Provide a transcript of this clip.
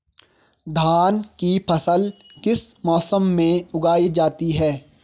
धान की फसल किस मौसम में उगाई जाती है?